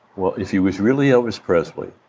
well, if he was really elvis presley,